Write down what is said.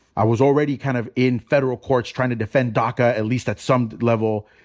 i was already kind of in federal courts trying to defend daca at least at some level.